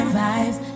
vibes